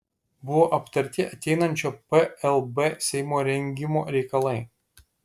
buvo aptarti ateinančio plb seimo rengimo reikalai